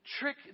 trick